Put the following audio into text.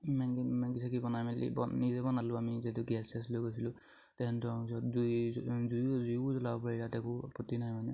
Maggi Maggi চেগি বনাই মেলি নিজে বনালোঁ আমি যিহেতু গেছ চেচ লৈ গৈছিলোঁ জুই জুই জুইও জ্বলাব পাৰিলে নাই মানে